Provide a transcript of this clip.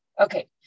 Okay